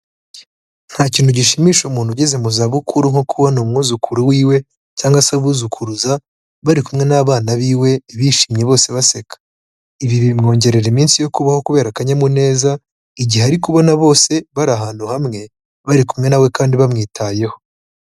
Nta kintu gishimisha umuntu ugeze mu za bukuru nko kubona umwuzukuru wiwe cyangwa se abuzukuruza, bari kumwe n'abana b'iwe bishimye bose baseka. Ibi bimwongerera iminsi yo kubaho kubera akanyamuneza igihe ari kubona bose bari ahantu hamwe, bari kumwe na we kandi bamwitayeho.